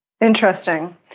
Interesting